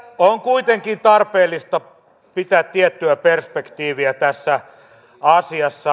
on kuitenkin tarpeellista pitää tiettyä perspektiiviä tässä asiassa